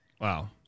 Wow